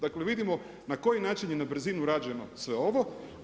Dakle vidimo na koji način je na brzinu rađeno sve ovo.